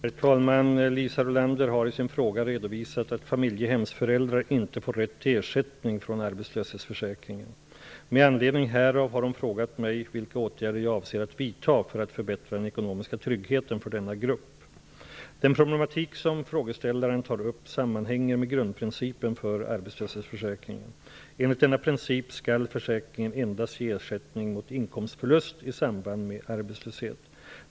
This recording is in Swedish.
Herr talman! Liisa Rulander har i sin fråga redovisat att familjehemsföräldrar inte får rätt till ersättning från arbetslöshetsförsäkringen. Med anledning härav har hon frågat mig vilka åtgärder jag avser att vidta för att förbättra den ekonomiska tryggheten för denna grupp. Den problematik som frågeställaren tar upp sammanhänger med grundprincipen för arbetslöshetsförsäkringen. Enligt denna princip skall försäkringen endast ge ersättning mot inkomstförlust i samband med arbetslöshet.